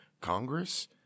Congress